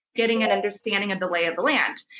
getting an understanding of the lay of the land.